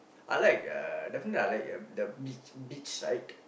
I like uh definitely I like uh the beach beach side